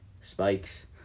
spikes